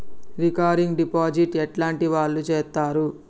Recurring deposit ఎట్లాంటి వాళ్లు చేత్తరు?